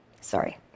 Sorry